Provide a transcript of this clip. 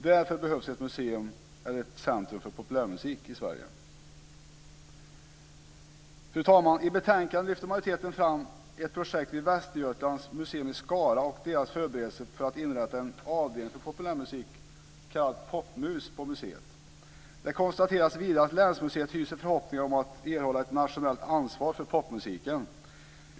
Därför behövs det ett museum eller ett centrum för populärmusik i Sverige. Fru talman! I betänkandet lyfter majoriteten fram ett projekt vid Västergötlands museum i Skara och deras förberedelser för att på museet inrätta en avdelning för populärmusik kallad Popmus. Vidare konstateras att länsmuseet hyser förhoppningar om att erhålla ett nationellt ansvar för popmusiken.